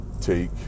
take